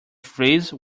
freeze